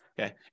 Okay